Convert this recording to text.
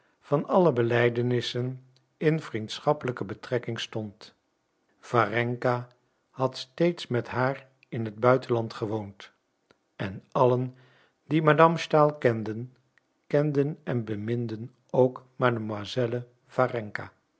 van alle belijdenissen in vriendschappelijke betrekking stond warenka had steeds met haar in het buitenland gewoond en allen die madame stahl kenden kenden en beminden ook mademoiselle warenka